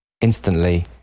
instantly